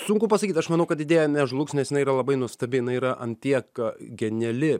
sunku pasakyt aš manau kad idėja nežlugs nes jinai yra labai nuostabi jinai yra ant tiek geniali